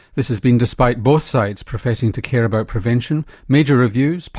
this has been despite both sides professing to care about prevention major reviews,